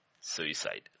suicide